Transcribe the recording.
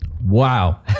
wow